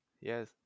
Yes